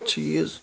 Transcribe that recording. چیٖز